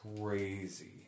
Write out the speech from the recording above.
crazy